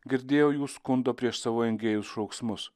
girdėjau jų skundo prieš savo engėjus šauksmus